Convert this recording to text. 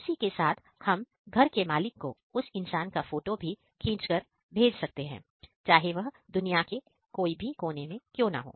उसी के साथ हम घर के मालिक को उस इंसान का फोटो भी खींच कर भेज देते हैं चाहे वह दुनिया के कोई भी कोने में क्यों ना हो